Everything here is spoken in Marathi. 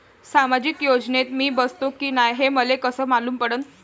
सामाजिक योजनेत मी बसतो की नाय हे मले कस मालूम पडन?